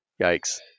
Yikes